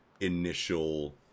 initial